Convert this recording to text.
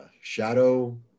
Shadow